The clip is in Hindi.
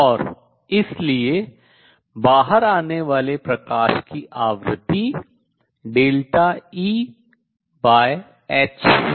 और इसलिए बाहर आने वाले प्रकाश की आवृत्ति ΔEh है